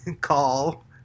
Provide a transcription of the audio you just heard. call